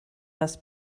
das